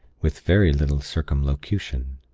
with very little circumlocution